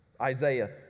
Isaiah